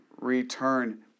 return